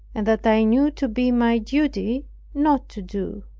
and that i knew to be my duty not to do.